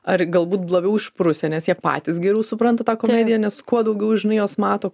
ar galbūt labiau išprusę nes jie patys geriau supranta tą komediją nes kuo daugiau žinai jos mato